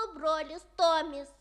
o brolis tomis